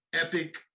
epic